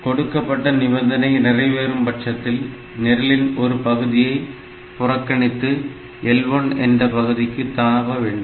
கொடுக்கப்பட்ட நிபந்தனை நிறைவேறும் பட்சத்தில் நிரலின் ஒரு பகுதியை புறக்கணித்து L1 என்ற பகுதிக்கு தாவ வேண்டும்